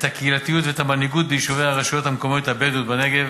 את הקהילתיות ואת המנהיגות ביישובי הרשויות המקומיות הבדואיות בנגב.